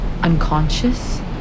Unconscious